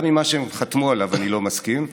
גם למה שהם חתמו עליו אני לא מסכים,